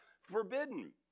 forbidden